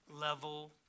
level